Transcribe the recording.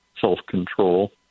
self-control